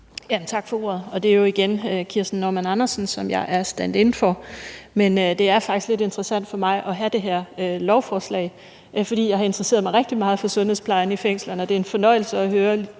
Tak for ordet. Det er jo igen Kirsten Normann Andersen, som jeg er standin for, men det er faktisk lidt interessant for mig at have det her lovforslag, for jeg har interesseret mig rigtig meget for sundhedsplejen i fængslerne, og det er en fornøjelse at høre fru